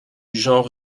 genre